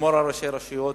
לשמור על ראשי רשויות.